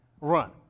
Run